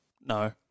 No